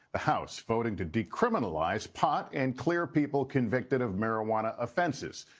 the house voting to decriminalize pot and clear people convicted of marijuana offenses.